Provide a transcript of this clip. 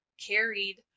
carried